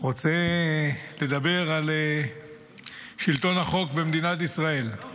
רוצה לדבר על שלטון החוק במדינת ישראל.